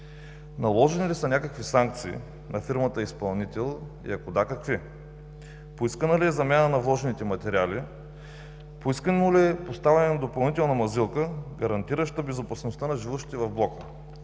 наложени ли са някакви санкции на фирмата-изпълнител, и ако „да”, какви; поискана ли е замяна на вложените материали; поискано ли е поставяне на допълнителна мазилка, гарантираща безопасността на живущите във блока?